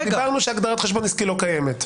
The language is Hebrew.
דיברנו על זה שהגדרת חשבון עסקי לא קיימת.